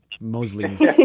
Mosley's